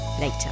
later